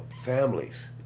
families